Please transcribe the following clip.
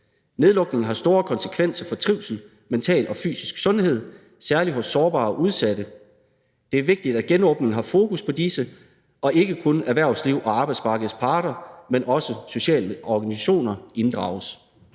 Nedlukningen har store konsekvenser for trivsel, mental og fysisk sundhed, særlig hos sårbare og udsatte. Det er vigtigt, at genåbningen har fokus på disse, og at ikke kun erhvervsliv og arbejdsmarkedets parter, men også sociale organisationer inddrages.«